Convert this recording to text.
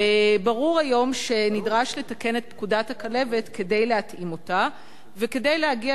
וברור היום שנדרש לתקן את פקודת הכלבת כדי להתאים אותה וכדי להגיע